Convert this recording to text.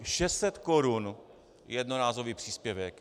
Šest set korun jednorázový příspěvek!